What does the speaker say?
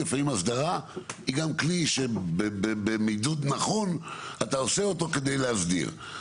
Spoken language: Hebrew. הסדרה היא גם כלי שבמידוד נכון אתה עושה אותו כדי להסדיר.